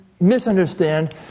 misunderstand